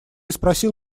спросил